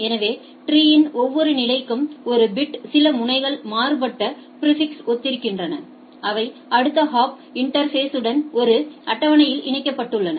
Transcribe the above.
எனவே மரத்தின் ஒவ்வொரு நிலைக்கும் ஒரு பிட் சில முனைகள் மாறுபட்ட பிாிஃபிக்ஸ்களுடன் ஒத்திருக்கின்றன அவை அடுத்த ஹாப் இன்டா்ஃபேஸ்டு ஒரு அட்டவணையில் இணைக்கப்பட்டுள்ளன